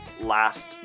last